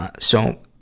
ah so,